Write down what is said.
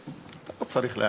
אתה לא צריך להעיר.